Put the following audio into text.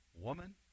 Woman